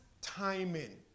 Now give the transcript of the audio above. timing